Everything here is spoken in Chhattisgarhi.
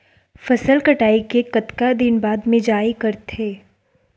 फसल कटाई के कतका दिन बाद मिजाई करथे?